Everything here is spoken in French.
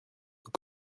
nous